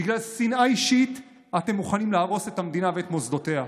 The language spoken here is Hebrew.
בגלל שנאה אישית אתם מוכנים להרוס את המדינה ואת מוסדותיה.